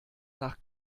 nach